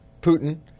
Putin